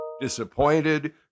disappointed